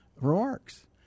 remarks